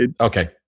Okay